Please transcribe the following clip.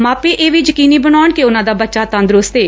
ਮਾਪੇ ਇਹ ਵੀ ਯਕੀਨੀ ਬਣਾਉਣ ਕਿ ਉਨਾਂ ਦਾ ਬੱਚਾ ਤੰਦਰੁਸਤ ਏ